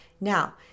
now